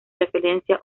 referencia